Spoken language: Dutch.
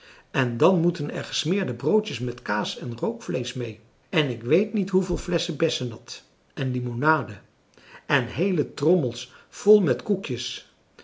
en dan moeten er gesmeerde broodjes met kaas en rookvleesch mee en ik weet niet hoeveel flesschen bessennat en limonade en heele trommels vol met koekjes